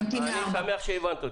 אני אמתין לחריג 4. אני שמח שהבנתי אותי.